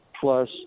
plus